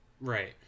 Right